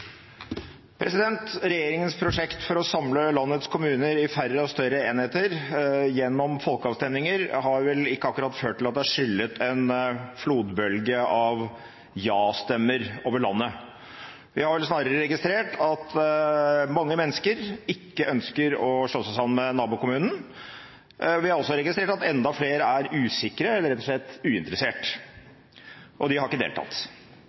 Regjeringens prosjekt for å samle landets kommuner i færre og større enheter gjennom folkeavstemninger har vel ikke akkurat ført til at det har skyllet en flodbølge av ja-stemmer over landet. Vi har vel snarere registrert at mange mennesker ikke ønsker å slå seg sammen med nabokommunen. Vi har også registrert at enda flere er usikre eller rett og slett uinteressert, og de har ikke deltatt.